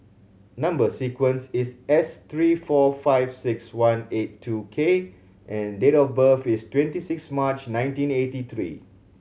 number sequence is S three four five six one eight two K and date of birth is twenty six March nineteen eighty three